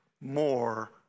more